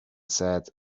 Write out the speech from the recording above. said